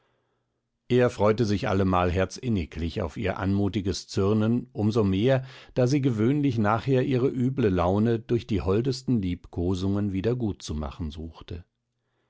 er freute sich allemal herzinniglich auf ihr anmutiges zürnen um so mehr da sie gewöhnlich nachher ihre üble laune durch die holdesten liebkosungen wieder gutzumachen suchte